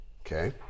Okay